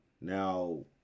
Now